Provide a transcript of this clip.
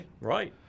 Right